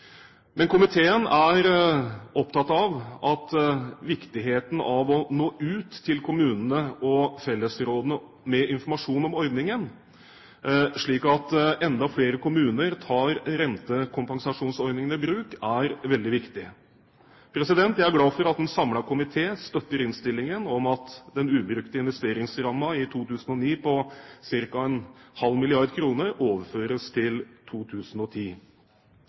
komiteen er opptatt av at det er viktig å nå ut til kommunene og fellesrådene med informasjon om ordningen, slik at enda flere kommuner tar rentekompensasjonsordningen i bruk. Jeg er glad for at en samlet komité støtter innstillingen om at den ubrukte investeringsrammen i 2009 på ca. 0,5 mrd. kr overføres til 2010.